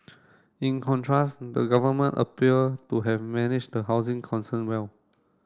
in contrast the government appear to have managed the housing concern well